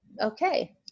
okay